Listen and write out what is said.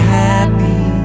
happy